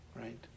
right